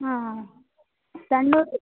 ಹಾಂ ಸಣ್ಣ